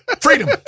freedom